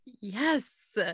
Yes